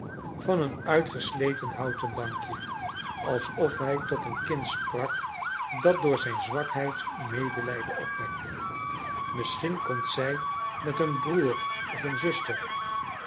van een uitgesleten houten bankje alsof hij tot een kind sprak dat door zijn zwakheid medelijden opwekte niisschien komt zij met een broer of een zuster